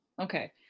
okay